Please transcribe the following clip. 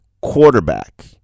quarterback